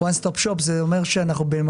"וואן סטופ שופ" זה אומר שאנחנו בעצם